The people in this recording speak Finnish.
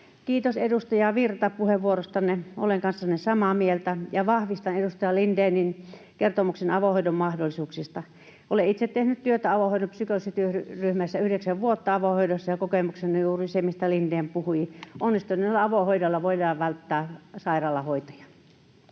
Kiitos, edustaja Virta, puheenvuorostanne. Olen kanssanne samaa mieltä. Ja vahvistan edustaja Lindénin kertomuksen avohoidon mahdollisuuksista. Olen itse tehnyt työtä avohoidon psykoosityöryhmässä yhdeksän vuotta avohoidossa, ja kokemukseni on juuri se, mistä Lindén puhui. Onnistuneella avohoidolla voidaan välttää sairaalahoitoja.